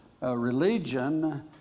religion